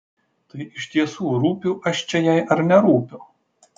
tai iš tiesų rūpiu aš čia jai ar nerūpiu